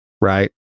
right